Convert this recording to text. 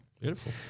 Beautiful